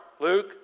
Luke